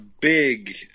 big